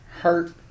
hurt